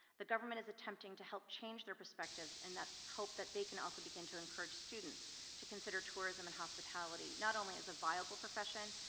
the government is attempting to help change their perspectives in that hope that they can also begin to encourage students to consider tourism and hospitality, not only as a viable profession,